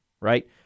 right